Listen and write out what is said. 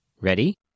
Ready